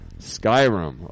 Skyrim